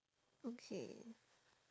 okay